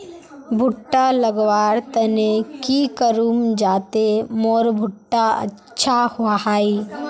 भुट्टा लगवार तने की करूम जाते मोर भुट्टा अच्छा हाई?